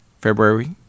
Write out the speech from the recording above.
February